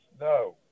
No